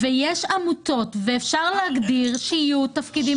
יש עמותות ואפשר להגדיר שיהיו תפקידים